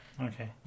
Okay